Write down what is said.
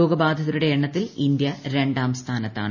രോഗബാധിതരുടെ എണ്ണത്തിൽ ഇന്ത്യ രണ്ടാം സ്ഥാനത്താണ്